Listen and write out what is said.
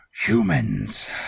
humans